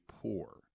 poor